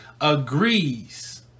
agrees